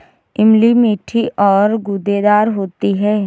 इमली मीठी और गूदेदार होती है